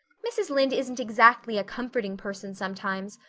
mrs. lynde isn't exactly a comforting person sometimes,